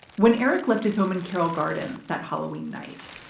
when eric left his home in carroll gardens that halloween night,